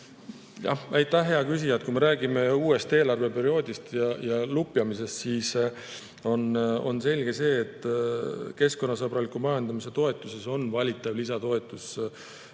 Aitäh, hea küsija! Kui me räägime uuest eelarveperioodist ja lupjamisest, siis on selge see, et keskkonnasõbraliku majandamise toetuses on valitav lisatoetus happeliste